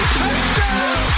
touchdown